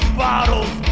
bottles